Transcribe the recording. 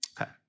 Okay